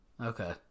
Okay